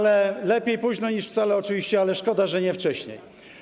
lepiej późno niż wcale, oczywiście, ale szkoda, że nie wcześniej.